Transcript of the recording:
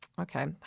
Okay